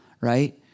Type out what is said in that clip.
right